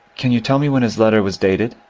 can yoo tell me when his letter was dated?